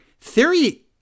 Theory